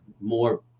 more